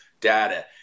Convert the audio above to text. data